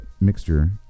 mixture